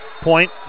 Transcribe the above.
Point